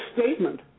statement